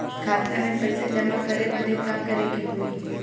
खाता मे पैसा जमा करे बदे का करे के होई?